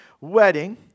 wedding